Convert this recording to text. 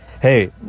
hey